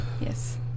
yes